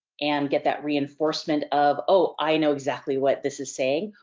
and get that reinforcement of, oh i know exactly what this is saying.